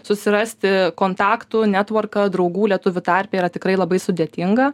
susirasti kontaktų netvorką draugų lietuvių tarpe yra tikrai labai sudėtinga